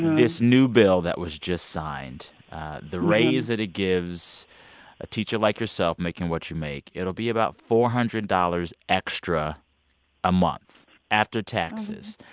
this new bill that was just signed the raise that it gives a teacher like yourself, making what you make it'll be about four hundred dollars dollars extra a month after taxes.